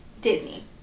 Disney